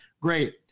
great